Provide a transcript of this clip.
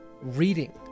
reading